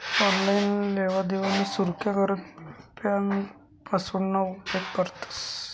online लेवादेवाना सुरक्सा करता ब्यांक पासवर्डना उपेग करतंस